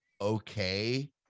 okay